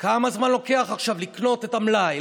כמה זמן לוקח עכשיו לקנות את המלאי,